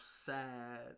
sad